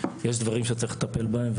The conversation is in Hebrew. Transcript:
יש דברים שצריך לטפל בהם,